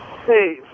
Hey